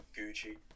Gucci